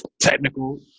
technical